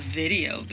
video